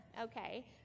okay